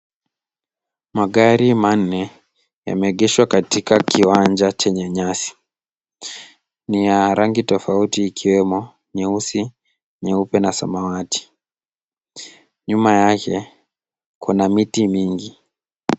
Magari manne yameegeshwa katika kiwanja chenye nyasi, ni ya rangi tofauti ikiwemo nyeusi, nyeupe na samawati. Nyuma yake kuna miti mingi.